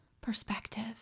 perspective